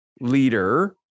leader